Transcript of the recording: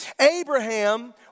Abraham